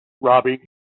Robbie